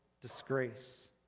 disgrace